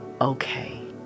okay